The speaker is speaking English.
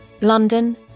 London